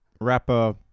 rapper